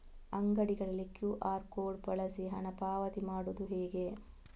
ಅಂಗಡಿಗಳಲ್ಲಿ QR code ಬಳಸಿ ಹಣ ಪಾವತಿ ಮಾಡೋದು ಹೇಗೆ?